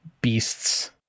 beasts